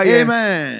amen